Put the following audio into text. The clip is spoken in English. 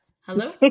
Hello